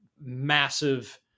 massive